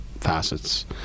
facets